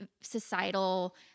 societal